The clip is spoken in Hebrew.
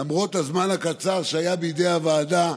למרות הזמן הקצר שהיה בידי הוועדה,